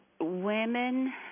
Women